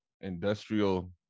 industrial